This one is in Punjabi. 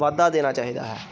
ਵਾਧਾ ਦੇਣਾ ਚਾਹੀਦਾ ਹੈ